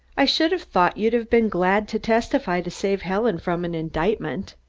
i should have thought you'd have been glad to testify to save helen from an indictment.